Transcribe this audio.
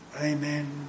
Amen